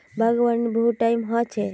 बागवानीर बहुत टाइप ह छेक